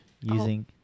using